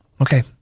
Okay